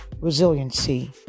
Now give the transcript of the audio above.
resiliency